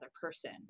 person